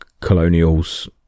colonials